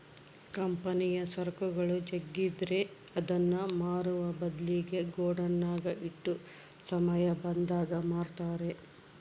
ಕಂಪನಿಯ ಸರಕುಗಳು ಜಗ್ಗಿದ್ರೆ ಅದನ್ನ ಮಾರುವ ಬದ್ಲಿಗೆ ಗೋಡೌನ್ನಗ ಇಟ್ಟು ಸಮಯ ಬಂದಾಗ ಮಾರುತ್ತಾರೆ